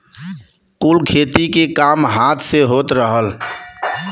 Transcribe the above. कुल खेती के काम हाथ से होत रहल